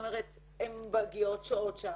הן מגיעות, שוהות שם,